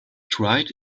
tried